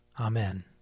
Amen